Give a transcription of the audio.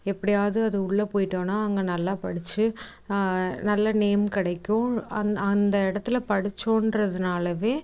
எப்படியாவது அது உள்ளே போய்ட்டோன்னா அங்கே நல்லா படித்து நல்ல நேம் கிடைக்கும் அந்த அந்த இடத்துல படித்தோன்றதுனாலவே